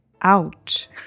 Ouch